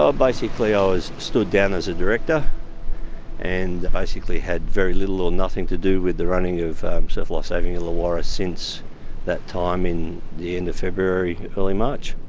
ah basically i was stood down as a director and basically had very little or nothing to do with the running of surf lifesaving illawarra since that time in the end of february, early march.